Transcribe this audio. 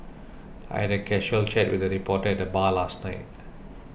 I had a casual chat with a reporter at the bar last night